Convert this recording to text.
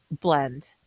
blend